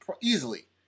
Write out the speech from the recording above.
easily